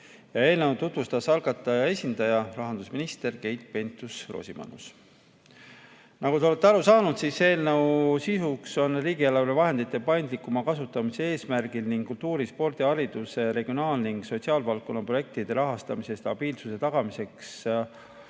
Eelnõu tutvustas algataja esindaja rahandusminister Keit Pentus-Rosimannus. Nagu te olete aru saanud, eelnõu sisuks on see, et riigieelarve vahendite paindlikuma kasutamise eesmärgil ning kultuuri‑, spordi‑, haridus‑, regionaal‑ ning sotsiaalvaldkonna projektide rahastamise stabiilsuse tagamiseks